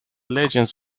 legends